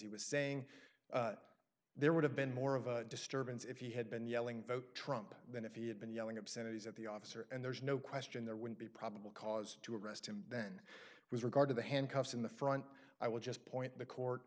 he was saying there would have been more of a disturbance if he had been yelling folk trump than if he had been yelling obscenities at the officer and there's no question there would be probable cause to arrest him then it was regard to the handcuffs in the front i would just point the court